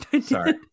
Sorry